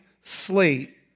slate